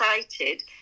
excited